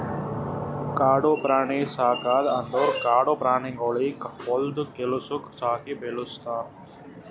ಕಾಡು ಪ್ರಾಣಿ ಸಾಕದ್ ಅಂದುರ್ ಕಾಡು ಪ್ರಾಣಿಗೊಳಿಗ್ ಹೊಲ್ದು ಕೆಲಸುಕ್ ಸಾಕಿ ಬೆಳುಸ್ತಾರ್